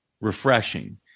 refreshing